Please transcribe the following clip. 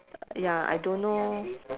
ya I don't know